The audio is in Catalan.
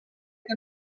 que